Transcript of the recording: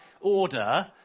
order